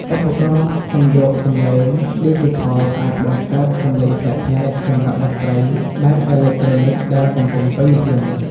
ឧបករណ៍សំយោគសំឡេងឌីជីថលអាចបង្កើតសំឡេងប្លែកៗសម្រាប់តន្ត្រីបែបអេឡិចត្រូនិកដែលកំពុងពេញនិយម។